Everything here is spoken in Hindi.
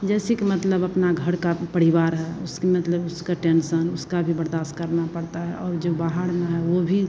जैसे कि मतलब अपना घर का परिवार है उसकी मतलब उसका टेन्सन उसका भी बर्दाश्त करना पड़ता है और जो बाहर न है वो भी